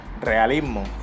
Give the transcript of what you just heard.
realismo